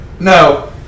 No